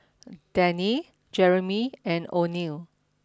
Dannie Jereme and Oneal